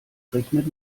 rechnet